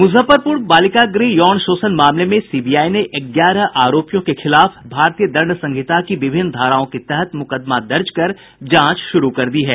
मुजफ्फरपुर बालिका गृह यौन शोषण मामले में सीबीआई ने ग्यारह आरोपियों के खिलाफ भारतीय दंड संहिता की विभिन्न धाराओं के तहत मुकदमा दर्ज कर जांच शुरू कर दी है